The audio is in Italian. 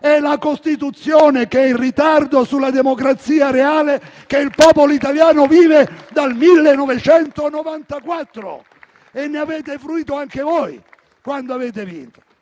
È la Costituzione che è in ritardo sulla democrazia reale che il popolo italiano vive dal 1994. E ne avete fruito anche voi, quando avete vinto.